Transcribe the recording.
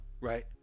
Right